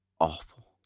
awful